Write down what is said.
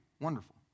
wonderful